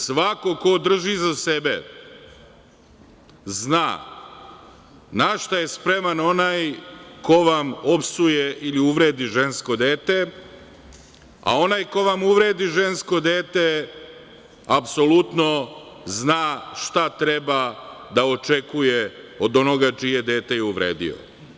Svako ko drži do sebe zna na šta je spreman onaj ko vam opsuje ili uvredi žensko dete, a onaj ko vam uvredi žensko dete apsolutno zna šta treba da očekuje od onoga čije dete je uvredio.